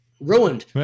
Ruined